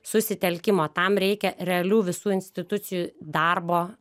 susitelkimo tam reikia realių visų institucijų darbo